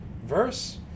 verse